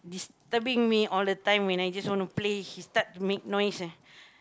disturbing me all the time when I just want to play he start to make noise ah